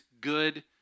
good